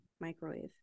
Microwave